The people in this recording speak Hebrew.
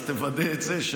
אז תוודא את זה,